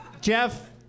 Jeff